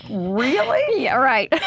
really? yeah right